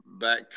back